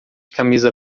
camisa